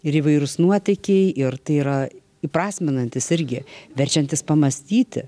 ir įvairūs nuotykiai ir tai yra įprasminantis irgi verčiantis pamąstyti